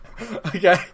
Okay